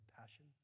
passion